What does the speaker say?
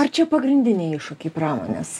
ar čia pagrindiniai iššūkiai pramonės